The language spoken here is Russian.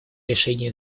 решения